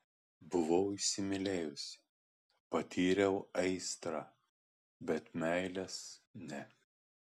buvau įsimylėjusi patyriau aistrą bet meilės ne